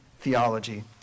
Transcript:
theology